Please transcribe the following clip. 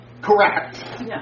Correct